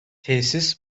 tesis